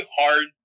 hard